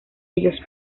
ellos